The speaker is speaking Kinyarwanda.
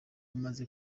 maze